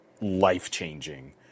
life-changing